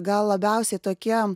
gal labiausiai tokie